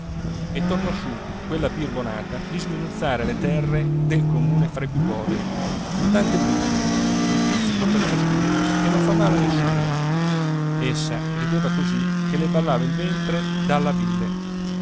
e tornò su quella birbonata di sminuzzare le terre del comune fra i più poveri in tante briciole un pizzico per ciascuno che non fa male a nessuno essa rideva così che le ballava il ventre dalla bile